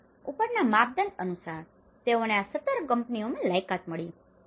આમ ઉપરના માપદંડ અનુસાર તેઓને આ 17 કંપનીઓમાં લાયકાત મળી